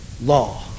law